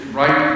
right